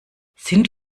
sind